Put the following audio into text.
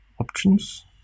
Options